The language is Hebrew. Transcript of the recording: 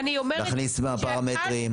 להכניס מה הפרמטרים,